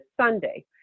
Sunday